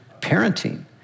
parenting